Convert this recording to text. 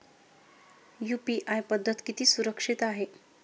UPI पद्धत किती सुरक्षित आहे?